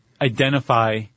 identify